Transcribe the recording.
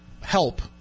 help